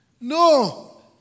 No